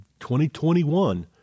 2021